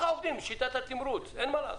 כך עובדים, בשיטת התמרוץ ,אין מה לעשות.